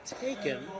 taken